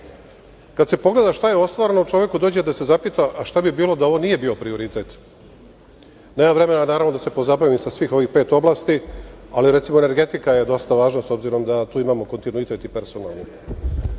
se pogleda šta je ostvareno čoveku dođe da se zapita šta bi bilo da ovo nije bio prioritet. Nemam vremena da se pozabavim sa svih pet oblasti, ali recimo energetika je dosta važna, obzirom da tu imamo kontinuitet personalni.